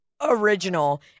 original